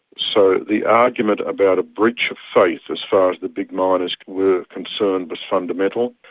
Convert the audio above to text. so the argument about a breach of faith as far as the big miners were concerned was fundamental.